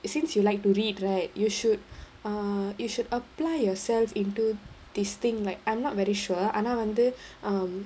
since you like to read right you should uh you should apply yourself into this thing like I'm not very sure ஆனா வந்து:aanaa vandhu um